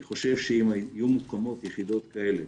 אני חושב שאם היו יחידות כאלה